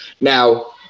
Now